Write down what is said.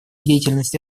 деятельность